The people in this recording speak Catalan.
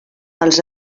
els